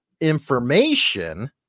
information